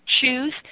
choose